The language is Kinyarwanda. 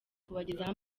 kubagezaho